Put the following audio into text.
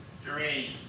three